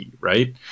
right